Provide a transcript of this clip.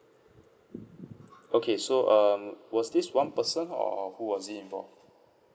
okay so um was this one person or who was it involved